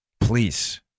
please